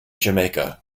jamaica